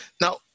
Now